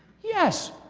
yes.